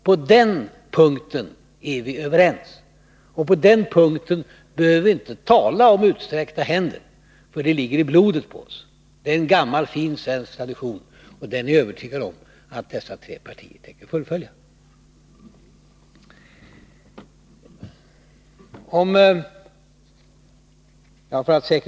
På den punkten är vi överens, och på den punkten behöver vi inte tala om utsträckta händer, för det ligger i blodet hos oss. Det är en gammal fin svensk tradition som jag är övertygad om att dessa tre partier tänker fullfölja.